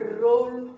role